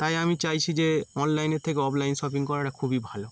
তাই আমি চাইছি যে অনলাইনের থেকে অফলাইন শপিং করাটা খুবই ভালো